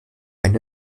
eine